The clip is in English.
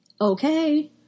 Okay